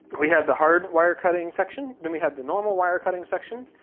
we have the hard wire cutting section, then we have the normal wire cutting section,